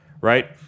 right